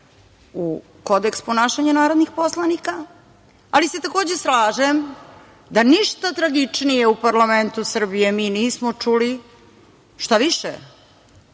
u kodeks ponašanja narodnih poslanika, ali se takođe slažem da ništa tragičnije u parlamentu Srbije mi nismo čuli, šta više,